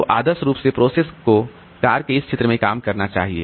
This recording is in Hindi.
तो आदर्श रूप से प्रोसेस को कार के इस क्षेत्र में काम करना चाहिए